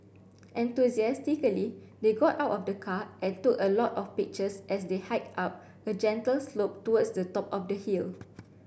enthusiastically they got out of the car and took a lot of pictures as they hiked up a gentle slope towards the top of the hill